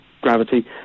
gravity